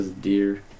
deer